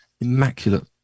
immaculate